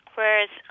Whereas